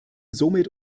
somit